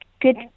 good